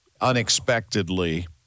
unexpectedly